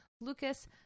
Lucas